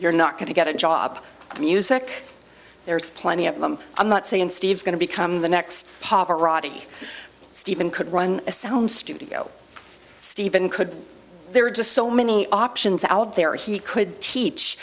you're not going to get a job a music there's plenty of them i'm not saying steve's going to become the next stephen could run a sound studio steven could there are just so many options out there he could teach